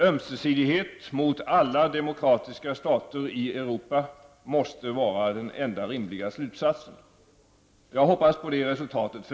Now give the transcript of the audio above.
Ömsesidighet mot alla demokratiska stater i Europa måste vara den enda rimliga slutsatsen. Jag hoppas på det resultatet.